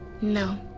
No